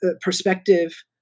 perspective